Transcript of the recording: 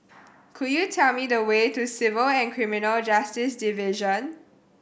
could you tell me the way to Civil and Criminal Justice Division